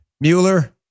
Mueller